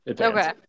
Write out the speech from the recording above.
Okay